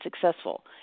successful